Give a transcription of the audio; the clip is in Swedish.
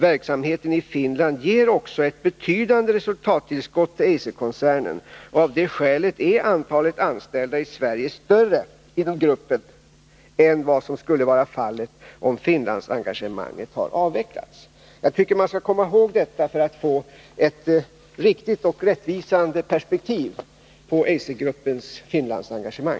Verksamheten i Finland ger också ett betydande resultattillskott till Eiserkoncernen, och av det skälet är antalet anställda inom gruppen i Sverige större än vad som skulle vara fallet om Finlandsengagemanget avvecklats. Jag tycker man skall komma ihåg detta för att få ett riktigt och rättvisande perspektiv på Eisergruppens Finlandsengagemang.